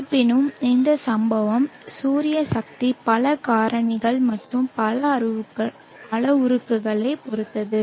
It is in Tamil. இருப்பினும் இந்த சம்பவம் சூரிய சக்தி பல காரணிகள் மற்றும் பல அளவுருக்களைப் பொறுத்தது